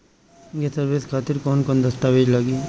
ये सर्विस खातिर कौन कौन दस्तावेज लगी?